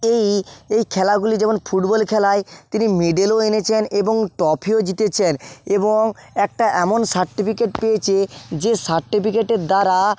এই এই খেলাগুলি যখন ফুটবল খেলায় তিনি মেডেল ও এনেছেন এবং ট্রফিও জিতেছেন এবং একটা এমন সার্টিফিকেট পেয়েছে যে সার্টিফিকেটের দ্বারা